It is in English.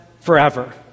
forever